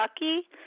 lucky